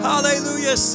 Hallelujah